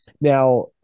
Now